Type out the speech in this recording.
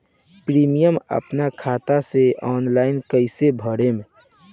Premium अपना खाता से ऑनलाइन कईसे भरेम?